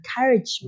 encouragement